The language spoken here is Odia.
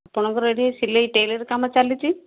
ଆପଣଙ୍କର ଏଠି ସିଲେଇ ଟେଲର୍ କାମ ଚାଲିଛି